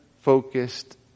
focused